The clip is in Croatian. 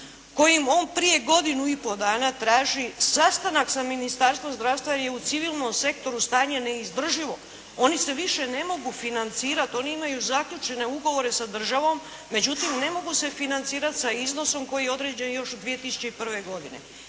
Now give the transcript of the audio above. kojim on prije godinu i po dana traži sastanak sa Ministarstvom zdravstva jer je u civilnom sektoru stanje neizdrživo. Oni se više ne mogu financirati. Oni imaju zaključene ugovore sa državom međutim ne mogu se financirati sa iznosom koji je određen još 2001. godine.